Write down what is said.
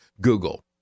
Google